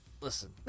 Listen